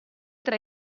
tra